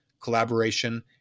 collaboration